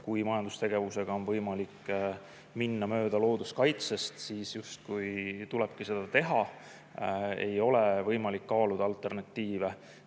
kui majandustegevuses on võimalik minna mööda looduskaitsest, siis justkui tulebki seda teha, ei ole võimalik kaaluda alternatiive.